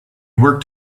worked